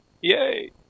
Yay